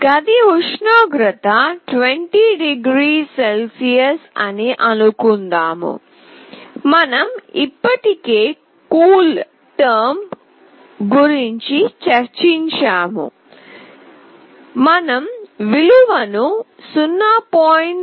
గది ఉష్ణోగ్రత 20 0 c అని అనుకుందాం మనం ఇప్పటికే కూల్టెర్మ్ గురించి చర్చించాము మనం విలువను 0